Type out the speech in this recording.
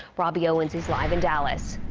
robbie owens is live in dallas.